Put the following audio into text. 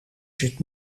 zit